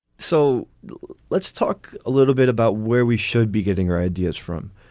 so let's talk a little bit about where we should be getting our ideas from.